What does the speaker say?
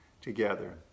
together